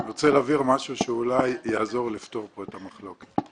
אני רוצה להבהיר משהו שאולי יעזור לפתור את המחלוקת.